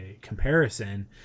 comparison